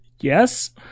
Yes